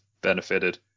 benefited